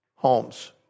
Homes